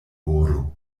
oro